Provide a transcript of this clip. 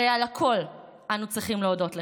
הרי על הכול אנו צריכים להודות לך,